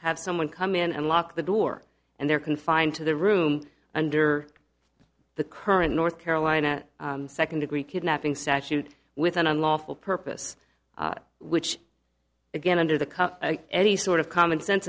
have someone come in and lock the door and they're confined to the room under the current north carolina second degree kidnapping statute with an unlawful purpose which again under the cup any sort of common sense